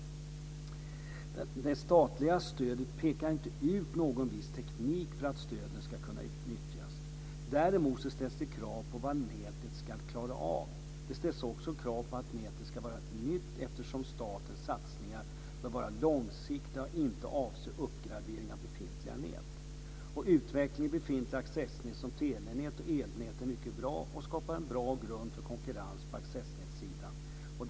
Det statliga stödet pekar inte ut någon viss teknik för att stödet ska kunna utnyttjas. Däremot ställs det krav på vad nätet ska klara av. Det ställs också krav på att nätet ska vara nytt, eftersom statens satsningar bör vara långsiktiga och inte avse uppgradering av befintliga nät. Utveckling av befintliga accessnät som telenät och elnät är mycket bra och skapar en god grund för konkurrens på accessnätssidan.